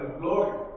glory